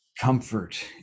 comfort